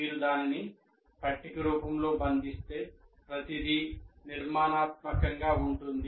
మీరు దానిని పట్టిక రూపంలో బంధిస్తే ప్రతిదీ నిర్మాణాత్మకంగా ఉంటుంది